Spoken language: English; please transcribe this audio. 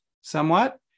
somewhat